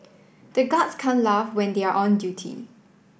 the guards can't laugh when they are on duty